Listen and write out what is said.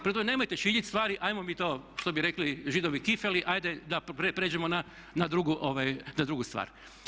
Prema tome nemojte šiljiti stvari ajmo mi to što bi rekli Židovi kifeli ajde da pređemo na drugu stvar.